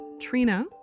trina